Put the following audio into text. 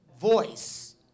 voice